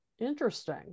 interesting